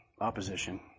Opposition